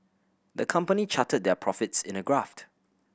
the company charted their profits in a graphed